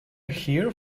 here